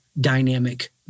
dynamic